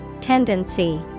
Tendency